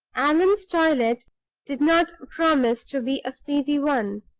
allan's toilet did not promise to be a speedy one.